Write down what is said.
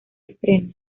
estreno